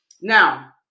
Now